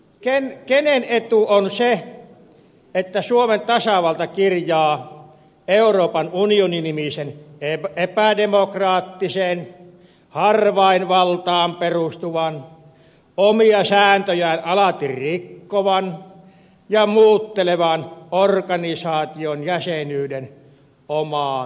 kenen etu on se että suomen tasavalta kirjaa euroopan unioni nimisen epädemokraattisen harvainvaltaan perustuvan omia sääntöjään alati rikkovan ja muuttelevan organisaation jäsenyyden omaan perustuslakiinsa